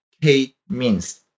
K-means